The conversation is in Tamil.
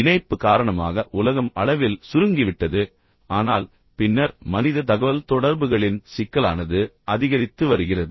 இணைப்பு காரணமாக உலகம் அளவில் சுருங்கிவிட்டது ஆனால் பின்னர் மனித தகவல்தொடர்புகளின் சிக்கலானது அதிகரித்து வருகிறது